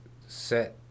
set